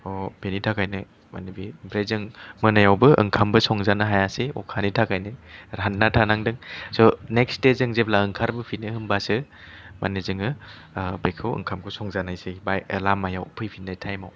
अ बेनि थाखायनो ओमफ्राय मोनायावबो जों ओंखामबो संजानो हायासै अखानि थाखायनो रानना थानांदों स' नेक्सट दे जों जेब्ला ओंखारबोफिनो होमबासो माने जोङो ओ बेखौ ओंखामखौ संजानायसै बाहाय लामायाव फैफिननाय टाइमाव